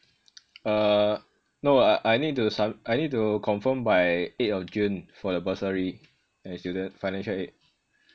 uh no I I need to I need to confirm by eighth of june for the bursary as in the the financial aid